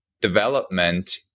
development